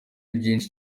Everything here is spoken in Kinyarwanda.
byinshi